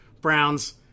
Browns